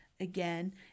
Again